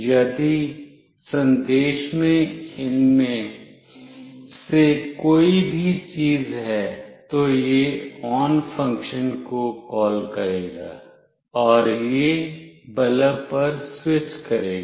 यदि संदेश में इनमें से कोई भी चीज़ है तो यह ON फ़ंक्शन को कॉल करेगा और यह बल्ब पर स्विच करेगा